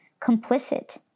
complicit